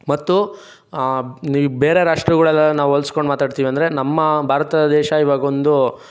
ಮತ್ತು ಈ ಬೇರೆ ರಾಷ್ಟ್ರಗಳಲ್ಲೆಲ್ಲ ನಾವು ಹೋಲಿಸ್ಕೊಂಡು ಮಾತಾಡ್ತೀವೆಂದರೆ ನಮ್ಮ ಭಾರತ ದೇಶ ಈವಾಗೊಂದು